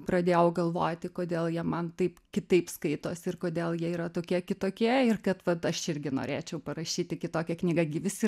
pradėjau galvoti kodėl jie man taip kitaip skaitosi ir kodėl jie yra tokie kitokie ir kad vat aš irgi norėčiau parašyti kitokią knygą gi visi